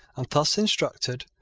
and, thus instructed,